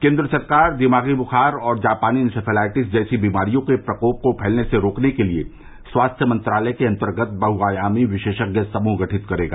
केन्द्र सरकार दिमागी बुखार और जापानी इन्सेफेलाइटिस जैसी बीमारियों के प्रकोप को फैलने से रोकने के लिए स्वास्थ्य मंत्रालय के अंतर्गत बहुआयामी विशेषज्ञ समूह गठित करेगा